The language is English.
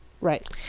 Right